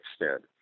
extent